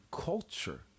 culture